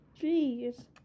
jeez